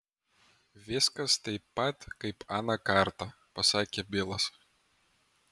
viskas taip pat kaip aną kartą pasakė bilas